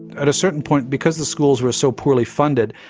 at a certain point, because the schools were so poorly funded,